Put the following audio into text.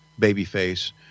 babyface